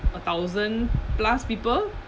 a thousand plus people